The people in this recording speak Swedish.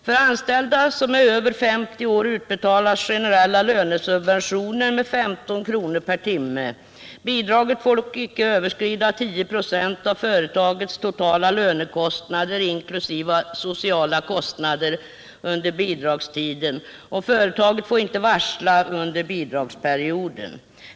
För anställda som är över 50 år utbetalas generella lönesubventioner med 15 kr. per timme. Bidraget får dock inte överstiga 10 96 av företagets totala lönekostnader, inkl. sociala kostnader, under bidragstiden, och företaget får inte varsla om uppsägning av anställda under bidragsperioden.